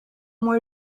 more